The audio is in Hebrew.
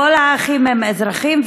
כל האחים הם אזרחים,